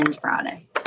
Friday